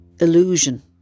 illusion